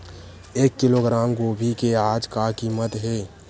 एक किलोग्राम गोभी के आज का कीमत हे?